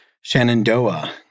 Shenandoah